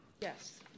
Yes